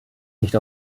nicht